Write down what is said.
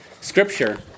scripture